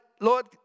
Lord